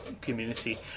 community